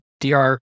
DR